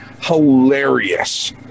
hilarious